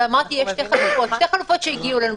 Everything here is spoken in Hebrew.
יש שתי חלופות שהגיעו אלינו.